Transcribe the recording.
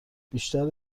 بیشتر